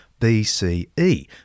BCE